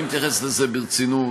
אני מתייחס לזה ברצינות.